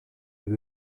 lève